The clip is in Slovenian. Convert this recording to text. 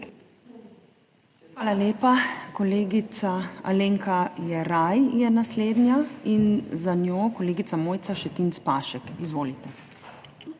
Hvala lepa. Kolegica Alenka Jeraj je naslednja in za njo kolegica Mojca Šetinc Pašek. Izvolite.